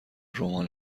رمان